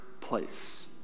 place